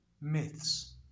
myths